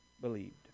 believed